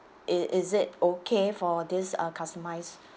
is is it okay for this uh customised